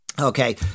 okay